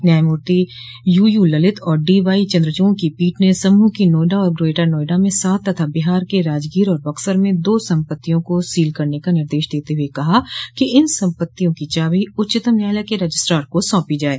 न्यायमूर्ति यूयू ललित और डीवाईचन्द्रचूड़ की पीठ ने समूह की नोएडा और ग्रेटर नोएडा में सात तथा बिहार के राजगीर और बक्सर में दो संपत्तियों को सील करने का निर्देश देते हुए कहा कि इन संपत्तियों की चाबी उच्चतम न्यायालय के रजिस्ट्रार को सौंपी जाएं